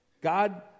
God